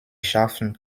scharfen